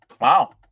wow